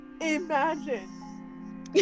Imagine